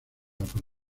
por